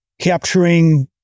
capturing